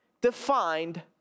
defined